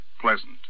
pleasant